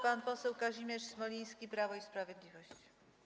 Pan poseł Kazimierz Smoliński, Prawo i Sprawiedliwość.